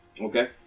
Okay